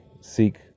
seek